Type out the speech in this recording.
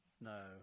No